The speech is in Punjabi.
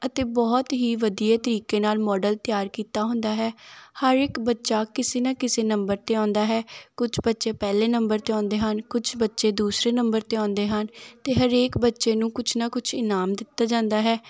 ਅਤੇ ਬਹੁਤ ਹੀ ਵਧੀਆ ਤਰੀਕੇ ਨਾਲ ਮੋਡਲ ਤਿਆਰ ਕੀਤਾ ਹੁੰਦਾ ਹੈ ਹਰ ਇੱਕ ਬੱਚਾ ਕਿਸੇ ਨਾ ਕਿਸੇ ਨੰਬਰ 'ਤੇ ਆਉਂਦਾ ਹੈ ਕੁਛ ਬੱਚੇ ਪਹਿਲੇ ਨੰਬਰ 'ਤੇ ਆਉਂਦੇ ਹਨ ਕੁਛ ਬੱਚੇ ਦੂਸਰੇ ਨੰਬਰ 'ਤੇ ਆਉਂਦੇ ਹਨ ਅਤੇ ਹਰੇਕ ਬੱਚੇ ਨੂੰ ਕੁਛ ਨਾ ਕੁਛ ਇਨਾਮ ਦਿੱਤਾ ਜਾਂਦਾ ਹੈ